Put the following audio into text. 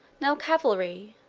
now cavalry,